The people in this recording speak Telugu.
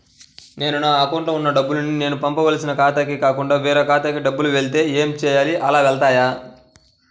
నేను నా అకౌంట్లో వున్న డబ్బులు నేను పంపవలసిన ఖాతాకి కాకుండా వేరే ఖాతాకు డబ్బులు వెళ్తే ఏంచేయాలి? అలా వెళ్తాయా?